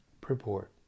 purport